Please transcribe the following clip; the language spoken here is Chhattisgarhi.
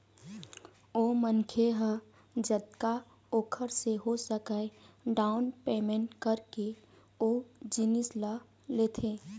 ओ मनखे ह जतका ओखर से हो सकय डाउन पैमेंट करके ओ जिनिस ल लेथे